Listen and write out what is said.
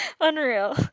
Unreal